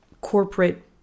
corporate